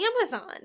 Amazon